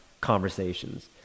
conversations